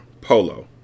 Polo